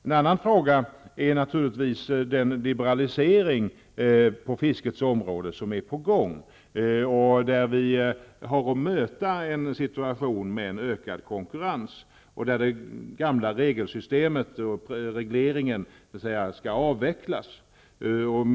En annan fråga är naturligtvis den liberalisering på fiskets område som är på gång. Vi har att möta en situaion med ökad konkurrens och avveckling av den gamla regleringen.